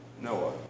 Noah